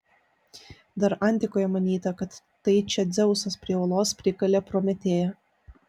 dar antikoje manyta kad tai čia dzeusas prie uolos prikalė prometėją